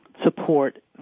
support